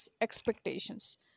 expectations